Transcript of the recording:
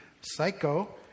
psycho